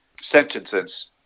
sentences